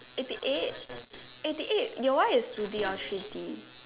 eighty eight eighty eight your one is two B or three D